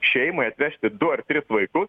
šeimai atvežti du ar tris vaikus